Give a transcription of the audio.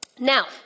Now